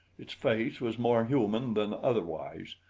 its face was more human than otherwise.